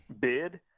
bid